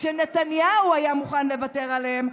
שנתניהו היה מוכן לוותר עליהם,